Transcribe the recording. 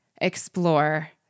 explore